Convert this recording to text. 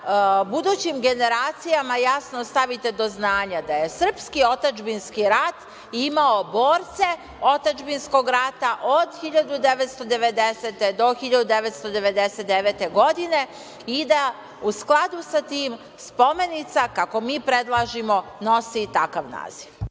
budućim generacijama jasno stavite do znanja da je srpski otadžbinski rat imao borce otadžbinskog rata od 1990. do 1999. godine i da, u skladu sa tim, spomenica, kako mi predlažemo, nosi takav naziv.